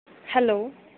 hello